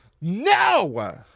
No